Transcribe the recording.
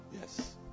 Yes